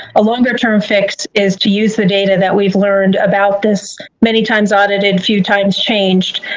a longer term fix is to use the data that we've learned about this, many times audited, few times changed,